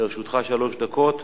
לרשותך שלוש דקות.